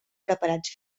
preparats